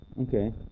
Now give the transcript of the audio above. Okay